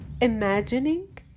imagining